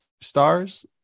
stars